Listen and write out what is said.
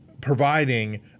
providing